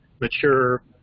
mature